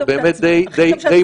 הקרבה הזאת באמת די מדהימה.